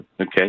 Okay